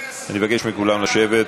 אני מבקש מכולם לשבת.